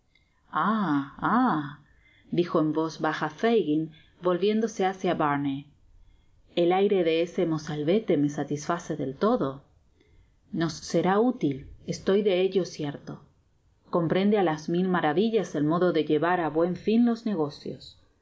dijo en voz baja fagin volviéndose hacia bar aey el aire de ese mozalvete me satisface del todo nos será útil estoy de ello cierto comprende á las mil maravillas el modo de llevar á buen fio los negocios i